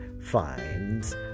finds